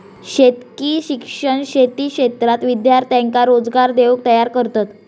शेतकी शिक्षण शेती क्षेत्रात विद्यार्थ्यांका रोजगार देऊक तयार करतत